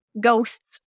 ghosts